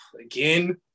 again